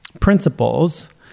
principles